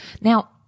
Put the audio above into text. Now